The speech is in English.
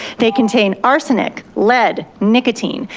they contain arsenic, lead, nicotine,